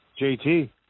JT